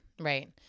right